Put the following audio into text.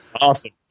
awesome